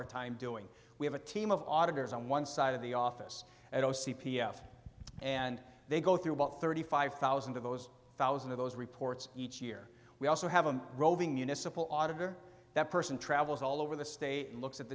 our time doing we have a team of auditors on one side of the office at o c p f and they go through about thirty five thousand dollars of those one thousand of those reports each year we also have a roving municipal auditor that person travels all over the state looks at